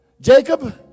Jacob